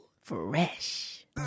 Fresh